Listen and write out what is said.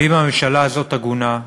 ואם הממשלה הזאת הגונה,